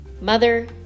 mother